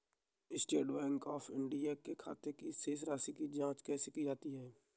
State Bank of India के खाते की शेष राशि की जॉंच कैसे की जा सकती है?